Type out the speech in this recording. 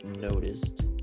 noticed